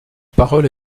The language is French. parole